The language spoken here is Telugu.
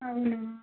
అవునా